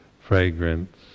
fragrance